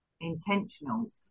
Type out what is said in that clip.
intentional